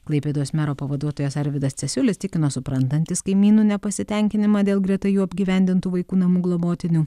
klaipėdos mero pavaduotojas arvydas cesiulis tikino suprantantis kaimynų nepasitenkinimą dėl greta jų apgyvendintų vaikų namų globotinių